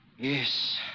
Yes